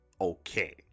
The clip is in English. okay